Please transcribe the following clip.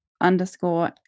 underscore